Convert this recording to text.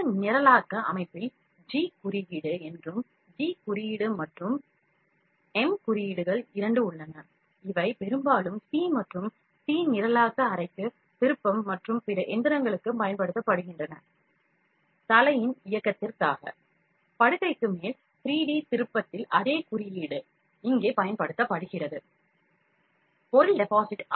இந்த நிரலாக்க அமைப்பில் ஜி குறியீடு மற்றும் எம் குறியீடுகள் இரண்டும் உள்ளன இவை பெரும்பாலும் சி மற்றும் சி நிரலாக்க milling திருப்பம் மற்றும் பிற எந்திரங்களுக்கு பயன்படுத்தப்படுகின்றன தலையின் இயக்கத்திற்காக படுக்கைக்கு மேல் 3D திருப்பத்தில் அதே குறியீடு இங்கே பயன்படுத்தப்படுகிறது பொருள் டெபாசிட்